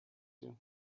you